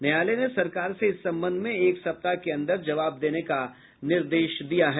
न्यायालय ने सरकार से इस संबंध मे एक सप्ताह के अंदर जवाब देने का निर्देश दिया है